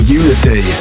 unity